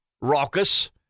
raucous